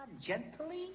gently